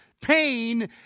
pain